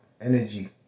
energy